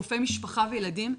רופאי משפחה וילדים,